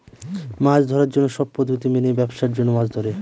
মাছ ধরার জন্য সব পদ্ধতি মেনে ব্যাবসার জন্য মাছ ধরে